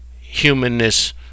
humanness